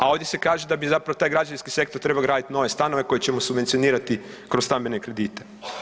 A ovdje se kaže da bi zapravo taj građevinski sektor trebao graditi nove stanove koje ćemo subvencionirati kroz stambene kredite.